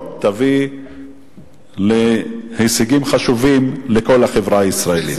תביא להישגים חשובים לכל החברה הישראלית.